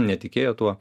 netikėjo tuo